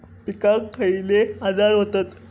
पिकांक खयले आजार व्हतत?